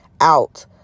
out